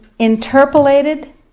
interpolated